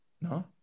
no